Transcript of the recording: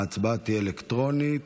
ההצבעה תהיה אלקטרונית.